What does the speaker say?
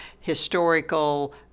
historical